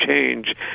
change